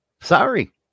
sorry